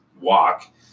walk